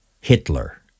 Hitler